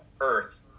Earth